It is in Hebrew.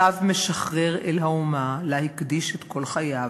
"שב משחרר אל האומה לה הקדיש את כל חייו.